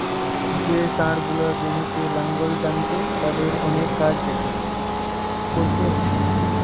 যে ষাঁড় গুলা জমিতে লাঙ্গল টানছে তাদের অনেক কাজ কোরতে হচ্ছে